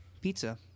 pizza